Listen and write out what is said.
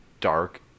dark